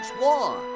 war